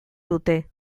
dute